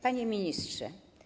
Panie Ministrze!